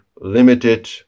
limited